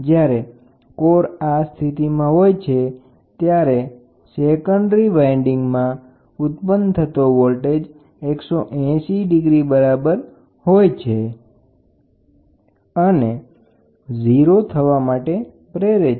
જ્યારે કોર આ સ્થિતિમાં હોય છે ત્યારે સેકન્ડરી વાઈન્ડીંગમાં ઉત્પન્ન થતો voltage 180 degree out of phase બરાબર હોય છે અને 0 થવા માટે પ્રયત્ન કરે છે